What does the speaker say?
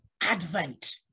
Advent